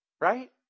Right